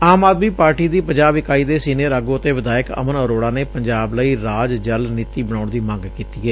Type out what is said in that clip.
ਆਮ ਆਦਮੀ ਪਾਰਟੀ ਦੀ ਪੰਜਾਬ ਇਕਾਈ ਦੇ ਸੀਨੀਅਰ ਆਗੂ ਅਤੇ ਵਿਧਾਇਕ ਅਮਨ ਅਰੋਤਾ ਨੇ ਪੰਜਾਬ ਲਈ ਰਾਜ ਜਲ ਨੀਤੀ ਬਣਾਉਣ ਦੀ ਮੰਗ ਕੀਤੀ ਏ